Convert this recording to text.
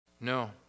No